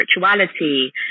spirituality